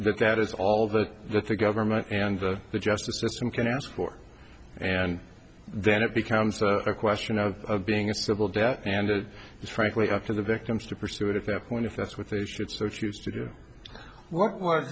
that that is all that that the government and the justice system can ask for and then it becomes a question of being a civil death and it is frankly up to the victims to pursue it at that point if that's what they should search